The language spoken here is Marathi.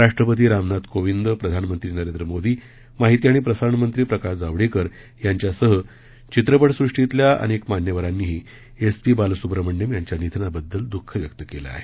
राष्ट्रपती रामनाथ कोविंद प्रधानमंत्री नरेंद्र मोदी माहिती आणि प्रसारणमंत्री प्रकाश जावडेकर यांच्यासह चित्रपटसूष्टीतल्या अनेक मान्यवरांनी एस पी बालसुब्रह्मण्यम यांच्या निधनाबद्दल दूख व्यक्त केलं आहे